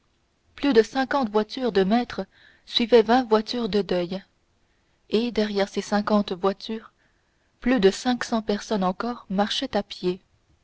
plus de cinquante voitures de maîtres suivaient vingt voitures de deuil et derrière ces cinquante voitures plus de cinq cents personnes encore marchaient à pied